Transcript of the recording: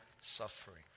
suffering